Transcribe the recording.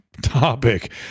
topic